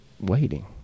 waiting